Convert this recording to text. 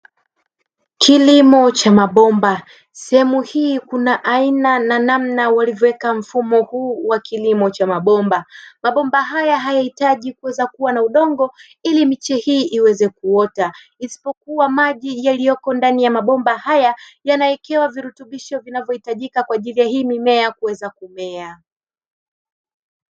Kilimo cha mabomba, sehemu hii kuna aina na namna walivyoweka mfumo huu wa kilimo cha mabomba. Mabomba haya hayahitaji kuweza kuwa na udongo ili miche hii iweze kuota, isipokuwa maji yaliko ndani ya mabomba haya, yanawekewa virutubisho vinavyohitajika kwa ajili ya hii mimea kuweza kumea.